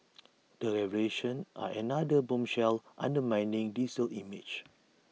the revelations are another bombshell undermining diesel's image